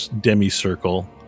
demi-circle